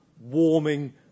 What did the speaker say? warming